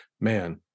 man